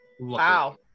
Wow